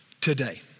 Today